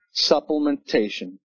supplementation